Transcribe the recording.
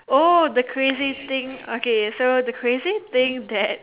oh the crazy thing okay so the crazy thing that